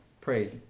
pray